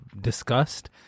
discussed